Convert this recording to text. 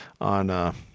on, –